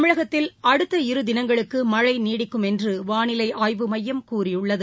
தமிழகத்தில் அடுத்த இரு தினங்களுக்கு மழை நீடிக்கும் என்று வானிலை ஆய்வு மையம் கூறியுள்ளது